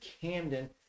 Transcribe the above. Camden